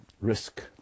risk